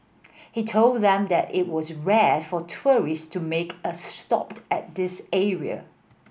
he told them that it was rare for tourist to make a stopped at this area